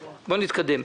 נתקדם.